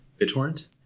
BitTorrent